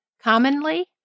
commonly